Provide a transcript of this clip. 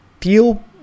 feel